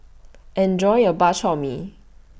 Enjoy your Bak Chor Mee